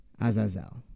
azazel